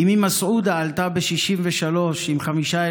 אימי מסעודה עלתה ב-1963 עם חמישה ילדים,